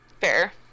Fair